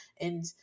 And-